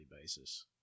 basis